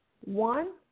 one